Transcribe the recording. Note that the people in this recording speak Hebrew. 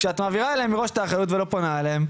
כשאת מעבירה אליהם מראש את האחריות ולא פונה אליהם,